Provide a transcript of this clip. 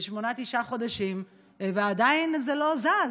שמונה-תשעה חודשים, ועדיין זה לא זז.